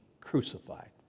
crucified